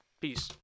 peace